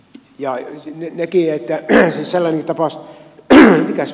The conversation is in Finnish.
ja ne kieltää hän sanoi eli jhtt